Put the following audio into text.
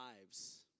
lives